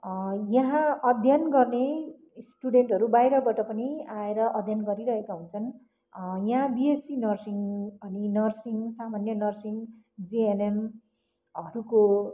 यहाँ अध्यन गर्ने स्टुडेन्टहरू बाहिरबाट पनि आएर अध्यन गरिरहेका हुन्छन् यहाँ बिएससी नर्सिङ अनि नर्सिङ सामान्य नर्सिङ जेएनएमहरूको